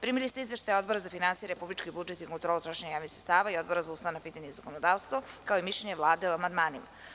Primili ste izveštaje Odbora za finansije, republički budžet i kontrolu trošenja javnih sredstava i Odbora za ustavna pitanja i zakonodavstvo, kao i mišljenje Vlade o amandmanima.